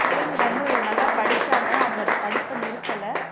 பிள்ளைங்கள் வந்து நல்லா படிச்சாங்க அவங்களோட படிப்பை நிறுத்தலை